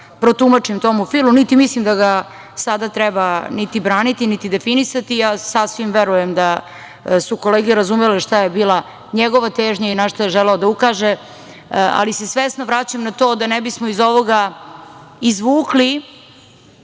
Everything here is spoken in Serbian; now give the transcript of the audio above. protumačim Tomu Filu, niti mislim da ga sada treba niti braniti, niti definisati, ja sasvim verujem da su kolege razumele šta je bila njegova težnja i na šta je želeo da ukaže, ali se svesno vraćam na to da ne bismo iz ovoga izvukli